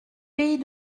pays